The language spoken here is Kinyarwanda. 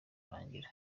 kurangira